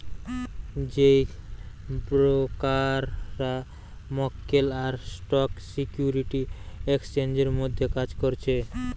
যেই ব্রোকাররা মক্কেল আর স্টক সিকিউরিটি এক্সচেঞ্জের মধ্যে কাজ করছে